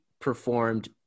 performed